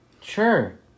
Sure